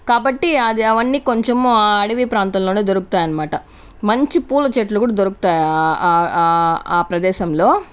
కాబట్టి అది అవన్నీ కొంచము ఆ అడవీ ప్రాంతంలోనే దొరుకుతాయన్మాట మంచి పూల చెట్లు కూడా దొరుకుతాయి ఆ ఆ ఆ ఆ ప్రదేశంలో